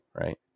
Right